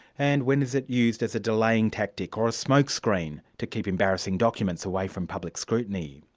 and when is it used as a delaying tactic or a smokescreen to keep embarrassing documents away from public scrutiny?